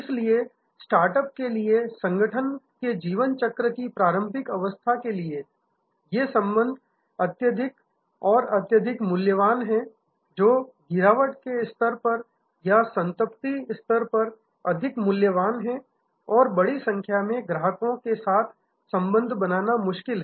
इसलिए स्टार्टअप के लिए संगठन के जीवन चक्र की प्रारंभिक अवस्था के लिए ये संबंध अत्यधिक अत्यधिक मूल्यवान हैं जो गिरावट के स्तर पर या संतृप्ति स्तर पर अधिक मूल्यवान हैं और बड़ी संख्या में ग्राहकों के साथ संबंध बनाना मुश्किल है